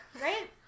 right